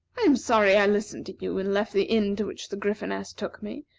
i am sorry i listened to you, and left the inn to which the gryphoness took me.